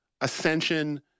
ascension